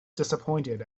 disappointed